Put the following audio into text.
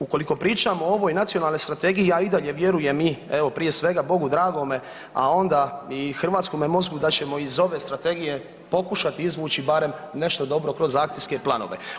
Ukoliko pričamo o ovoj nacionalnoj strategiji ja i dalje vjerujem i evo prije svega Bogu dragome, a onda i hrvatskome mozgu da ćemo iz ove strategije pokušati izvući barem nešto dobro kroz akcijske planove.